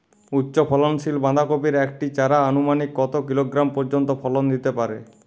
উচ্চ ফলনশীল বাঁধাকপির একটি চারা আনুমানিক কত কিলোগ্রাম পর্যন্ত ফলন দিতে পারে?